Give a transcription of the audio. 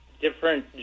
different